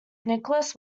nicholas